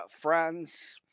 friends